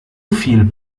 viel